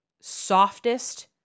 softest